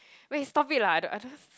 wait stop it lah I don't